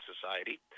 society